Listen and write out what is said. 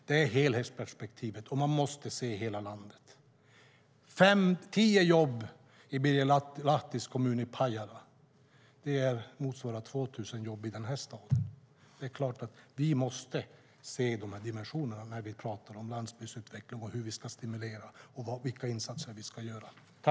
Det är helhetsperspektivet som gäller. Man måste se hela landet. Tio jobb i Birger Lahtis hemkommun Pajala motsvarar 2 000 jobb i den här staden. Det är klart att vi måste se de här dimensionerna när vi pratar om hur vi ska stimulera landsbygdsutveckling och vilka insatser vi ska göra.